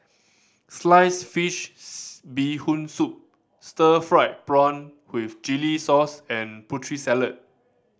sliced fish's Bee Hoon Soup stir fried prawn with chili sauce and Putri Salad